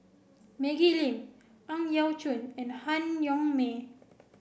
Maggie Lim Ang Yau Choon and Han Yong May